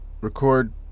Record